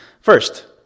First